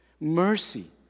mercy